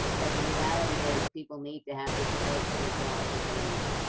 but the reality is people need to have the skills for the jobs that they need,